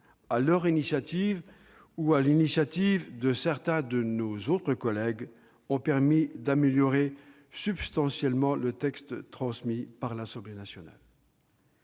leur initiative ou sur l'initiative de certains de nos autres collègues, ont permis d'améliorer substantiellement le texte transmis au Sénat par l'Assemblée nationale.